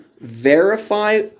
verify